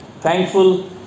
thankful